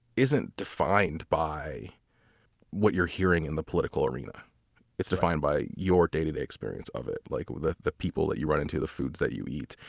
isn't defined by what you're hearing in the political arena it's defined by your day to day experience of it. like the the people that you run into and the foods that you eat.